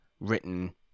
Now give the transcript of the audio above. ...written